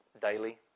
daily